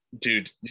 Dude